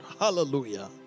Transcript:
Hallelujah